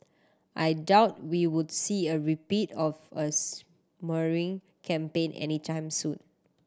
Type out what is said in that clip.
I doubt we would see a repeat of a smearing campaign any time soon